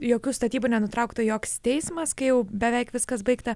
jokių statybų nenutraukta joks teismas kai beveik viskas baigta